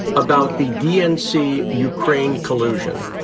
about the dnc-ukraine collusion.